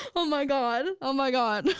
ah oh my god, oh my god. and